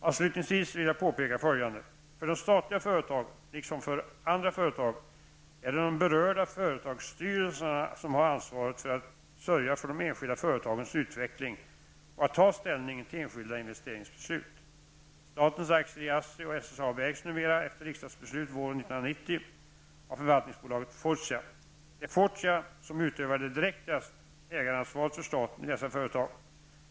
Avslutningsvis vill jag påpeka följande. För de statliga företagen, liksom för andra företag, är det de berörda företagsstyrelserna som har ansvaret för att sörja för de enskilda företagens utveckling och att ta ställning till enskilda investeringsbeslut. Statens aktier i ASSI och SSAB ägs numera -- efter riksdagsbeslut våren 1990 -- av Förvaltningsaktiebolaget Fortia. Det är Fortia som utövar det direkta ägaransvaret för staten i dessa företag.